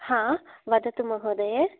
हा वदतु महोदये